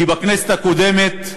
כי בכנסת הקודמת,